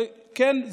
וכן,